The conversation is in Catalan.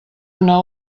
una